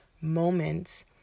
moments